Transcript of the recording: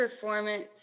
performance